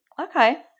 Okay